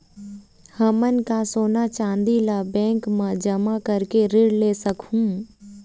हमन का सोना चांदी ला बैंक मा जमा करके ऋण ले सकहूं?